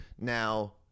Now